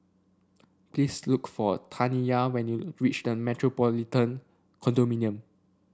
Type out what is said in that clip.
please look for Taniyah when you reach The Metropolitan Condominium